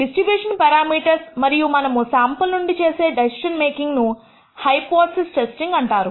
distribution parameters మరియు మనము sample నుండి చేసే డెసిషన్ మేకింగ్ ను హైపోథిసిస్ టెస్టింగ్ అంటారు